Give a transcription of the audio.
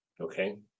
Okay